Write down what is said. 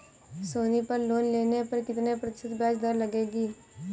सोनी पर लोन लेने पर कितने प्रतिशत ब्याज दर लगेगी?